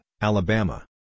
Alabama